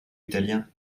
italien